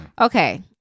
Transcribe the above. Okay